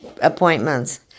appointments